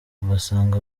ugasanga